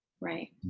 right